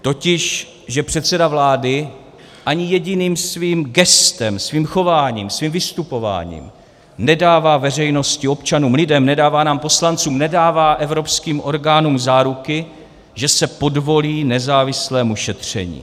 Totiž že předseda vlády ani jediným svým gestem, svým chováním, svým vystupováním nedává veřejnosti, občanům, lidem, nedává nám poslancům, nedává evropským orgánům záruky, že se podvolí nezávislému šetření.